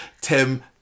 tim